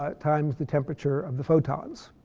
ah times the temperature of the photons.